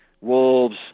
wolves